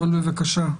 אבל בבקשה,